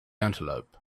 antelope